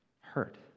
hurt